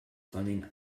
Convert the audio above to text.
funding